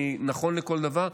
אני נכון לכל דבר,